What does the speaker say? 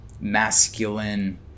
masculine